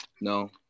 No